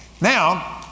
Now